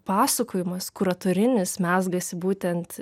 pasakojimas kuratorinis mezgasi būtent